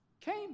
came